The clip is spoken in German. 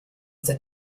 der